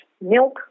milk